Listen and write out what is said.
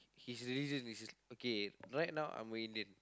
his religion is okay right now I'm a Indian